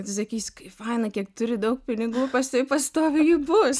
atsisakys faina kiek turi daug pinigų pas tave pastoviai jų bus